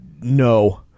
no